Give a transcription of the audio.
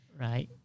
right